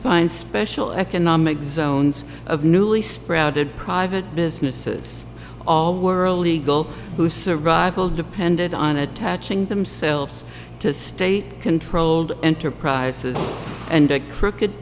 find special economic zones of newly sprouted private businesses all were legal to survival depended on attaching themselves to state controlled enterprises and a crooked